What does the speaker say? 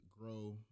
grow